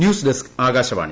ന്യൂസ്ഡെസ്ക്ആകാശവാണി